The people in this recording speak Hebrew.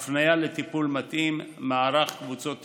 הפניה לטיפול מתאים, מערך קבוצות טיפוליות,